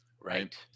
right